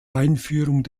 einführung